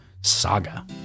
saga